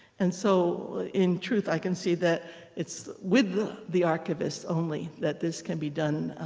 and so in truth, i can see that it's with the archivists only that this can be done